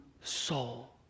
soul